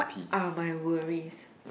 what are my worries